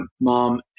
mom